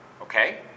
Okay